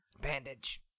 Bandage